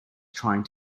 trying